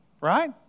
Right